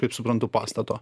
kaip suprantu pastato